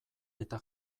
eta